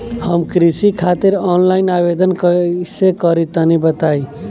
हम कृषि खातिर आनलाइन आवेदन कइसे करि तनि बताई?